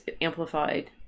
amplified